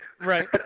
right